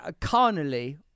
carnally